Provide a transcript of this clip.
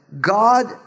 God